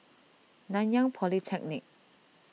Nanyang Polytechnic